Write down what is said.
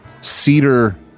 cedar